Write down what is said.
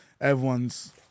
everyone's